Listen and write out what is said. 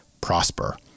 prosper